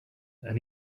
and